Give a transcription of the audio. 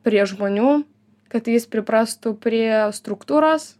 prie žmonių kad jis priprastų prie struktūros